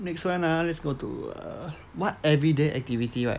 next one ah let's go to err what everyday activity right